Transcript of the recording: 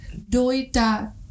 Doita